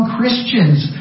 Christians